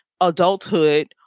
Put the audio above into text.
adulthood